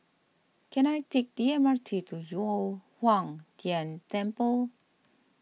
can I take the M R T to Yu O Huang Tian Temple